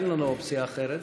אין לנו אופציה אחרת.